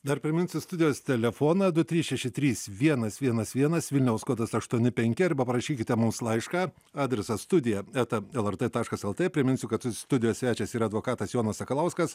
dar priminsiu studijos telefoną du trys šeši trys vienas vienas vienas vilniaus kodas aštuoni penki arba parašykite mums laišką adresas studija eta lrt taškas lt priminsiu kad studijos svečias yra advokatas jonas sakalauskas